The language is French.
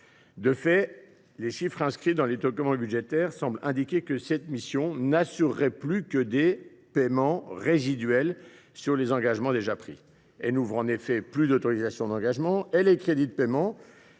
deux ans. Les chiffres inscrits dans les documents budgétaires semblent indiquer que cette mission n’assure plus que des paiements résiduels sur les engagements déjà pris. Elle n’ouvre plus d’autorisations d’engagement et les crédits de paiement